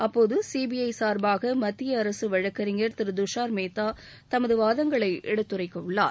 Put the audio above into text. அப்போது சிபிஐ சார்பாக மத்திய அரசு வழக்கறிஞர் திரு துஷார் மேத்தா தனது வாதங்களை எடுத்துரைக்க உள்ளார்